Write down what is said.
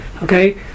Okay